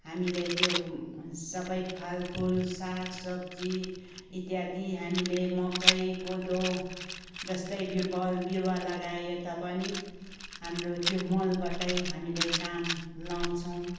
हामीले त्यो सबै फालफुल साग सब्जी इत्यादि हामीले मकै कोदो जस्तै बल बिरुवा लगाए तापनि हाम्रो त्यो मलबाटै हामीले काम लाउँछौँ